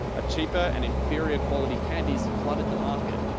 a cheaper and inferior quality candies flood the market.